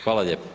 Hvala lijepo.